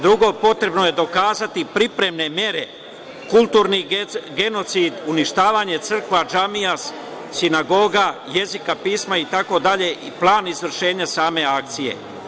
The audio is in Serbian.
Drugo, potrebno je dokazati pripremne mere, kulturni genocid, uništavanje crkva, džamija, sinagoga, jezika, pisma itd. i plan izvršenja same akcije.